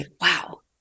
wow